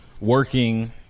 working